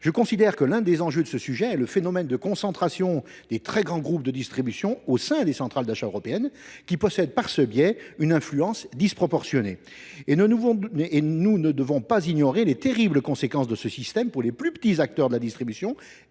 je considère qu’un des enjeux de ce sujet est le phénomène de concentration des très grands groupes de distribution au sein de centrales d’achat européennes, qui possèdent, par ce biais, une influence disproportionnée. Nous ne devons pas ignorer les terribles conséquences de ce système pour les plus petits acteurs de la distribution